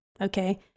Okay